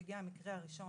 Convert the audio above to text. שהגיע המקרה הראשון